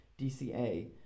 DCA